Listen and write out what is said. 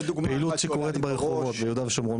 פעילות שקורית ברחובות ביהודה ושומרון,